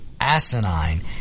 asinine